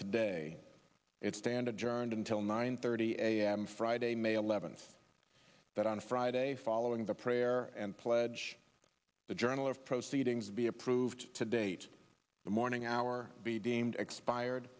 today its standard journey until nine thirty a m friday may eleventh but on a friday following the prayer and pledge the journal of proceedings be approved today the morning hour be deemed expired